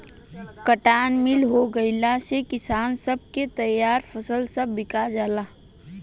cotton mill हो गईला से किसान सब के तईयार फसल सब बिका जाला